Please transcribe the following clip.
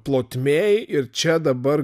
plotmėj ir čia dabar